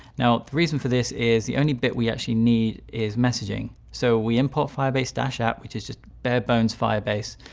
now the reason for this is the only bit we actually need is messaging. so we import firebase dash at, which is just bare-bones firebase.